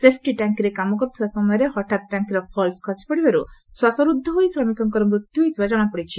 safety ଟାଙ୍କିରେ କାମ କରୁଥିବା ସମୟରେ ହଠାତ ଟାଙ୍କିର ଫଲ୍ସ ଖସିପଡିବାରୁ ଶ୍ୱାସରୁଦ୍ଧ ହୋଇ ଶ୍ରମିକଙ୍କର ମୃତ୍ୟୁ ହୋଇଥିବା ଜଶାପଡିଛି